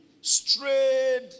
strayed